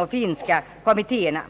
och finska kommitté erna.